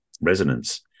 resonance